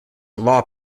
law